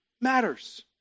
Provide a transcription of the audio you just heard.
matters